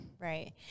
right